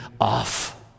off